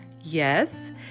Yes